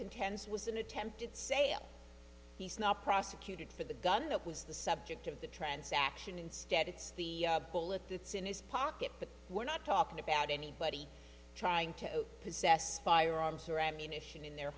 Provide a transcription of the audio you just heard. contends was an attempted sale he's not prosecuted for the gun that was the subject of the transaction instead it's the bullet that's in his pocket but we're not talking about anybody trying to possess firearms or ammunition in their